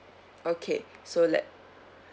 okay so let